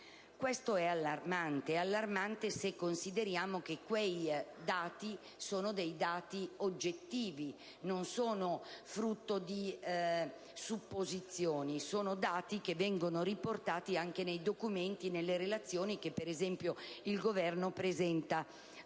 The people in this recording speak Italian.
Questo è allarmante, se consideriamo che quei dati sono dei dati oggettivi: non sono frutto di supposizioni, ma sono dati riportati anche nei documenti e nelle relazioni che il Governo presenta